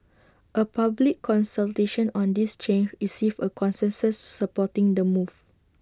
A public consultation on this change received A consensus supporting the move